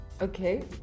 Okay